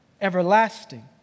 everlasting